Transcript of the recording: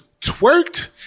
twerked